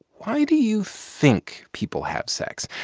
why do you think people have sex?